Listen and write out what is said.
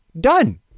Done